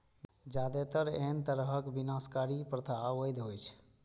जादेतर एहन तरहक विनाशकारी प्रथा अवैध होइ छै